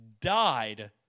died